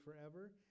forever